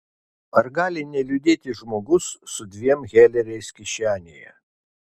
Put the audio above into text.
ar gali neliūdėti žmogus su dviem heleriais kišenėje